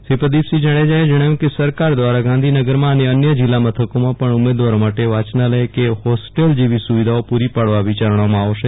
શ્રી પદિપસિંહ જાડજાએ જણાવ્યું હત કે સરકાર દવારા ગાંધીનગર અને અન્ય જિલ્લા મથકોમાં પણ ઉમેદવારો માટે વાંચનાલય કે હોસ્ટેલ જેવી સૂવિધાઓ પૂરો પાડવાં વિચારણામાં આવશે